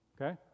Okay